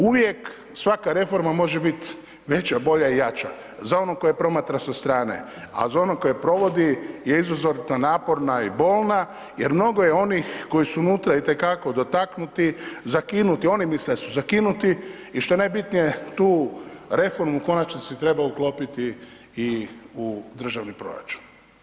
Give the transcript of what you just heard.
Uvijek, svaka reforma može bit veća, bolja i jača za onog koji je promatra sa strane, a za onog koji je provodi je izrazito naporna i bolna jer mnogo je onih koji su unutra itekako dotaknuti, zakinuti, oni misle da su zakinuti i što je najbitnije, tu reformu u konačnici treba uklopiti i u državni proračun.